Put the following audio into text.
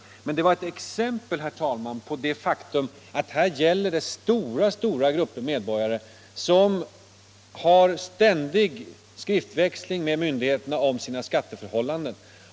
Utan detta var ett exempel, herr talman, på det faktum att stora grupper medborgare har ständig skriftväxling med myndigheterna om sina skatteförhållanden.